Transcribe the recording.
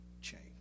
change